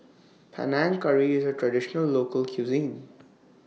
Panang Curry IS A Traditional Local Cuisine